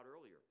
earlier